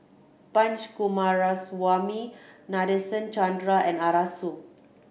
Punch Coomaraswamy Nadasen Chandra and Arasu